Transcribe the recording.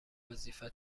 وظیفه